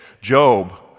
Job